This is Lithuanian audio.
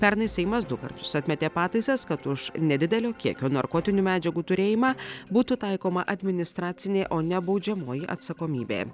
pernai seimas du kartus atmetė pataisas kad už nedidelio kiekio narkotinių medžiagų turėjimą būtų taikoma administracinė o ne baudžiamoji atsakomybė